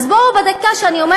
בדקה שאני,